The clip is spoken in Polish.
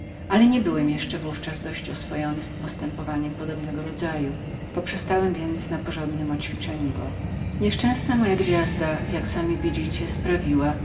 ale nie byłem jeszcze w ówczas dość oswojony z postępowaniem podobnego rodzaju poprzestałem więc na porządnem go oćwiczeniu nieszczęsna moja gwiazda jak sami widzicie sprawiła